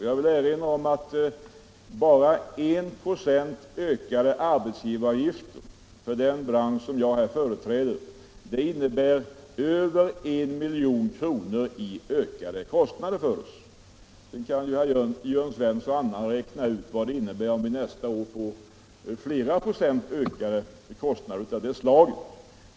Bara en ökning av arbetsgivaravgiften med 1 96 innebär för den bransch som jag företräder över 1 milj.kr. i höjda kostnader för oss. Sedan kan herr Jörn Svensson och andra räkna ut vad det betyder, om vi nästa år får flera procents ökning av det slagets kostnader.